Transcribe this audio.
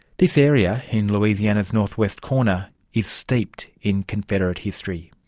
this area in louisiana's northwest corner is steeped in confederate history.